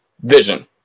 vision